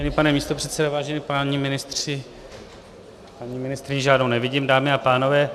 Vážený pane místopředsedo, vážení páni ministři, paní ministryni žádnou nevidím, dámy a pánové.